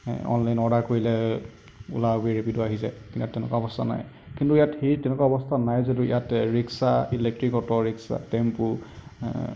online order কৰিলে Ola Uber Rapido আহি যায় ইয়াত তেনেকুৱা বস্তু নাই কিন্তু ইয়াত সেই তেনেকুৱা ব্যৱস্থা নাই যদিও rickshaw electric auto rickshaw tempo